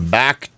back